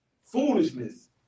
Foolishness